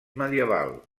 medieval